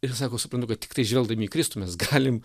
ir sako suprantu kad tiktai žvelgdami į kristų mes galim